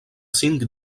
cinc